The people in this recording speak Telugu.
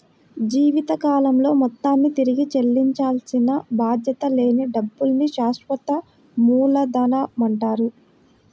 జీవితకాలంలో మొత్తాన్ని తిరిగి చెల్లించాల్సిన బాధ్యత లేని డబ్బుల్ని శాశ్వత మూలధనమంటారు